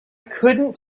couldn’t